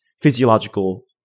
physiological